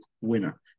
winner